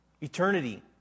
Eternity